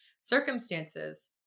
circumstances